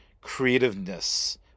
creativeness